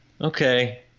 Okay